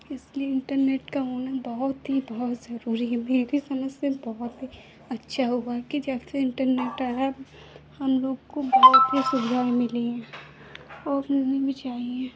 इसलिए इन्टरनेट का होना बहुत ही बहुत ज़रूरी है मेरी समझ से बहुत ही अच्छा होगा कि जबसे इन्टरनेट आया है हमलोग को बहुत ही सुविधाएँ मिली हैं और मिलनी भी चाहिए